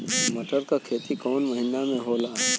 मटर क खेती कवन महिना मे होला?